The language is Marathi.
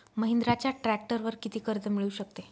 महिंद्राच्या ट्रॅक्टरवर किती कर्ज मिळू शकते?